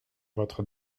votre